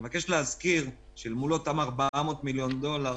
אני מבקש להזכיר, שאל מול אותם 400 מיליון דולר,